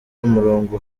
umurongo